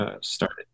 started